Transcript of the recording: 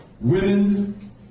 women